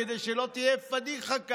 כדי שלא תהיה כאן פדיחה.